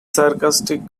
sarcastic